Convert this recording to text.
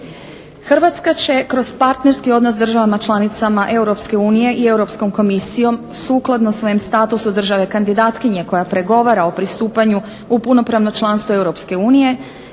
Hrvatska će kroz partnerki odnos državama članicama Europske unije i Europskom komisijom sukladno svoje statusu državne kandidatkinje koja pregovara o pristupanju u punopravno članstvo